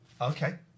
Okay